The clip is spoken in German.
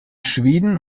schweden